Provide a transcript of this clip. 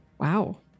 Wow